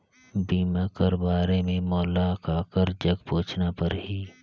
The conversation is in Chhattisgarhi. बीमा कर बारे मे मोला ककर जग पूछना परही?